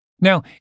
Now